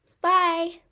Bye